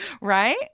Right